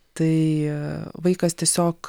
tai vaikas tiesiog